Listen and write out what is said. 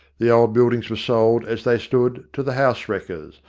the old buildings were sold, as they stood, to the house-wreckers,